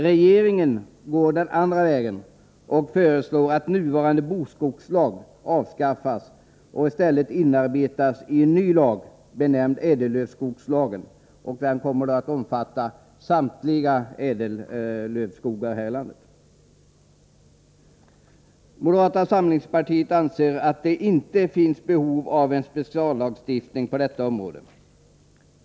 Regeringen går dock den andra vägen och föreslår att nuvarande bokskogslag avskaffas och i stället inarbetas i en ny lag benämnd ädellövskogslagen. Den kommer då att omfatta samtliga ädellövskogar här i landet. Moderata samlingspartiet anser att det inte finns behov av en speciallagstiftning på detta område.